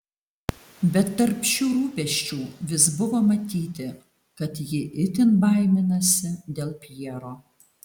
bet tarp šių rūpesčių vis buvo matyti kad ji itin baiminasi dėl pjero